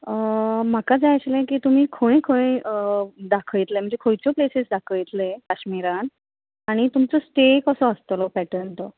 म्हाका जाय आशिल्लें की तुमी खंय खंय दाखयतले म्हणजे खंयच्यो प्लेसीस दाखयतले कश्मीरांत आनी तुमचो स्टे कसो आसतलो पॅटर्न तो